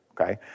okay